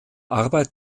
arbeit